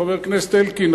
חבר הכנסת אלקין,